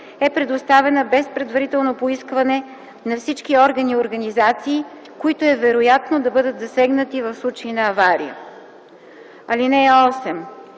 е предоставена без предварително поискване на всички органи и организации, които е вероятно да бъдат засегнати в случай на авария. (8)